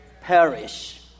perish